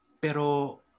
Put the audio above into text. pero